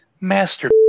master